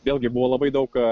vėlgi buvo labai daug